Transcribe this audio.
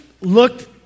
looked